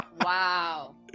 Wow